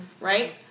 Right